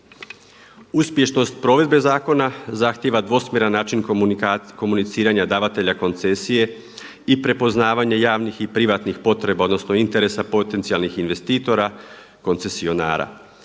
Uspješnost provedbe zakona zahtjeva dvosmjeran način komuniciranja davatelja koncesije i prepoznavanje javnih i privatnih potreba odnosno interesa potencijalnih investitora, koncesionara.